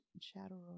Shadow